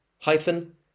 hyphen